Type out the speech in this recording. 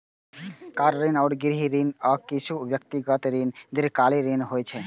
car ऋण, गृह ऋण, आ किछु व्यक्तिगत ऋण दीर्घकालीन ऋण होइ छै